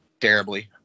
terribly